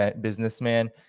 businessman